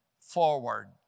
forward